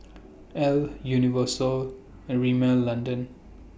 Elle Universal and Rimmel London